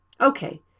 Okay